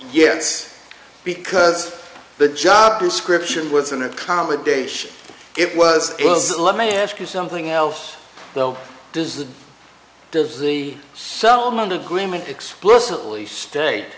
yes because the job description was an accommodation it was well let me ask you something else though does the does the selman agreement explicitly state